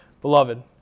Beloved